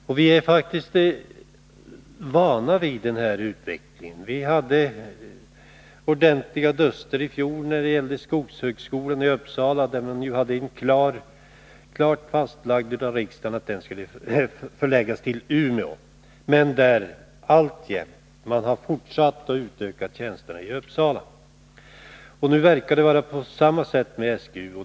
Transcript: Det här är en utveckling som vi är vana vid. Vi hade ordentliga duster i fjol när det gällde skogshögskolan i Uppsala. Det blev då klart fastlagt av riksdagen att högskolan skulle förläggas till Umeå, men man har fortsatt att utöka antalet tjänster i Uppsala. Nu verkar det bli på samma sätt med SGU.